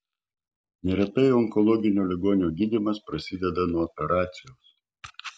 neretai onkologinio ligonio gydymas prasideda nuo operacijos